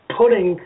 putting